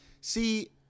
See